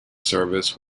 service